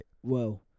whoa